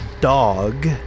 dog